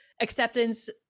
acceptance